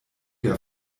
der